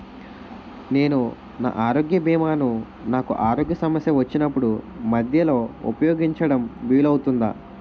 నేను నా ఆరోగ్య భీమా ను నాకు ఆరోగ్య సమస్య వచ్చినప్పుడు మధ్యలో ఉపయోగించడం వీలు అవుతుందా?